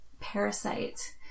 parasite